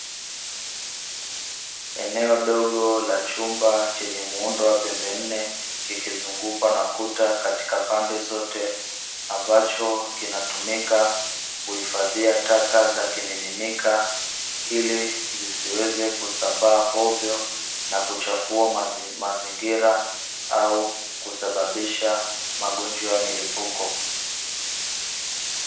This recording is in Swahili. Eneo dogo la chumba chenye muundo wa pembe nne kikizungukwa na kuta katika pande zote ambacho kinatumika kuhifadhia taka za kimiminika, ili zisiweze kusambaa hovyo na kuchafua mazingira au kusababisha magonjwa ya milipuko.